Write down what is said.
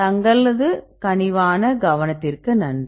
தங்களது கனிவான கவனத்திற்கு நன்றி